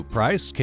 Price